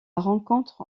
rencontre